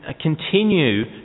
continue